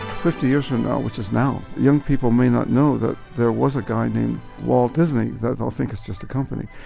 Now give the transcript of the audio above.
fifty years from now, which is now actually young people may not know that there was a guy named walt disney that they'll think it's just a company.